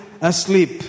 asleep